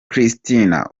christina